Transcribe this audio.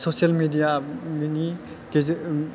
social media बेनि गेजेर